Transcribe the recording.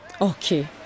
Okay